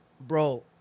Bro